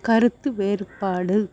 கருத்து வேறுபாடு